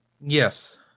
yes